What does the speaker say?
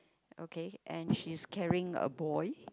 okay and she is carrying a boy